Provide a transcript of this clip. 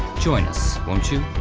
join us won't you?